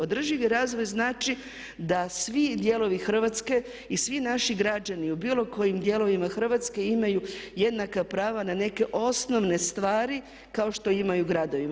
Održivi razvoj znači da svi dijelovi Hrvatske i svi naši građani u bilo kojim dijelovima Hrvatske imaju jednaka prava na neke osnovne stvari kao što imaju u gradovima.